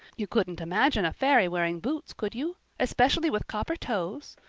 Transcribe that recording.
you couldn't imagine a fairy wearing boots, could you? especially with copper toes?